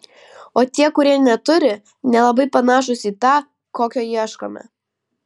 o tie kurie neturi nelabai panašūs į tą kokio ieškome